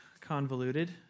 convoluted